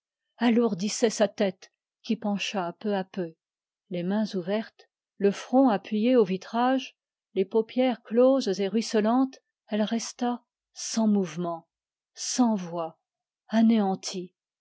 alourdissait sa tête qui pencha peu à peu les mains ouvertes les paupières closes et ruisselantes elle resta sans voix anéantie